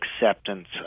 acceptance